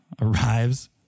arrives